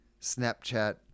Snapchat